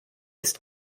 ist